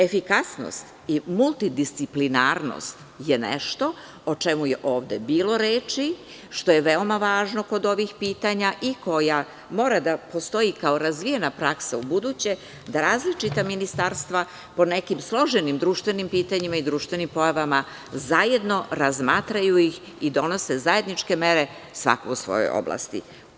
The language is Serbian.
Efikasnost i multidisciplinarnost je nešto o čemu je ovde bilo reči, što je veoma važno kod ovih pitanja i koja mora da postoji kao razvijena praksa ubuduće da različita ministarstva po nekim složenim društvenim pitanjima i društvenim pojavama zajedno razmatraju ih i donose zajedničke mere svako u svojoj oblasti.